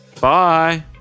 Bye